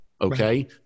okay